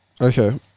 Okay